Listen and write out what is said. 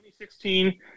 2016